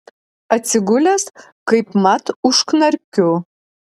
atsigulęs kaipmat užknarkiu